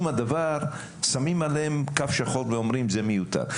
הדבר שמים עליהן קו שחור ואומרים: "זה מיותר".